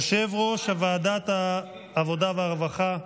יושב-ראש ועדת העבודה והרווחה,